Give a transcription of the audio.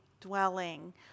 dwelling